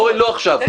אורן, לא עכשיו.